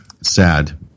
sad